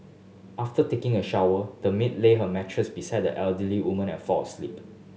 after taking a shower the maid laid her mattress beside the elderly woman and fell asleep